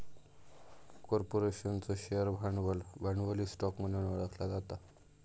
कॉर्पोरेशनचो शेअर भांडवल, भांडवली स्टॉक म्हणून ओळखला जाता